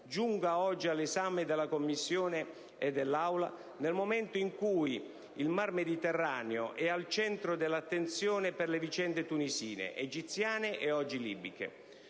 giunga oggi all'esame dell'Aula nel momento in cui il Mar Mediterraneo è al centro dell'attenzione per le vicende tunisine, egiziane e oggi libiche.